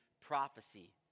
prophecy